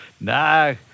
no